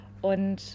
und